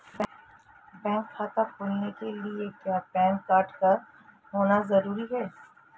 Bank खाता खोलने के लिए क्या पैन कार्ड का होना ज़रूरी है?